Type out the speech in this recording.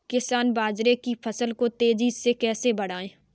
किसान बाजरे की फसल को तेजी से कैसे बढ़ाएँ?